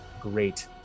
great